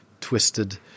twisted